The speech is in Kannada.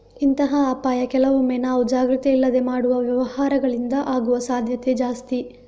ಇಂತಹ ಅಪಾಯ ಕೆಲವೊಮ್ಮೆ ನಾವು ಜಾಗ್ರತೆ ಇಲ್ಲದೆ ಮಾಡುವ ವ್ಯವಹಾರಗಳಿಂದ ಆಗುವ ಸಾಧ್ಯತೆ ಜಾಸ್ತಿ